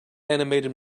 animated